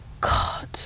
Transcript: god